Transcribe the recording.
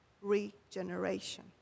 regeneration